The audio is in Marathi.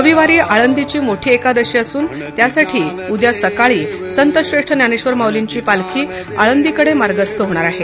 रविवारी आळंदीची मोठी एकादशी असून त्यासाठी उद्या सकाळी संत श्रेष्ठ ज्ञानेधर माउलींची पालखी आळंदी कडे मार्गस्थ होणार आहे